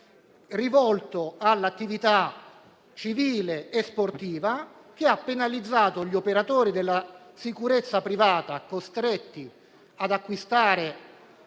rivolto all'attività civile e sportiva che ha penalizzato gli operatori della sicurezza privata costretti ad acquistare